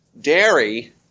dairy